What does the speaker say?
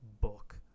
book